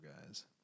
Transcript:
guys